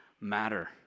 matter